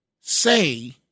say